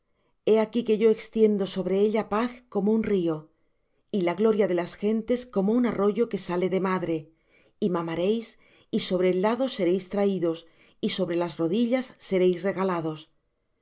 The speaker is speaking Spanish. he aquí que yo extiendo sobre ella paz como un río y la gloria de las gentes como un arroyo que sale de madre y mamaréis y sobre el lado seréis traídos y sobre las rodillas seréis regalados